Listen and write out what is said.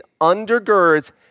undergirds